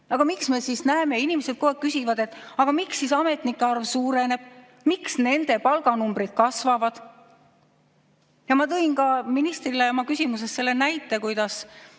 Aga miks me siis näeme – inimesed kogu aeg küsivad –, et ametnike arv suureneb? Miks nende palganumbrid kasvavad? Ma tõin ministrile oma küsimuses selle näite, kuidas